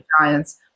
giants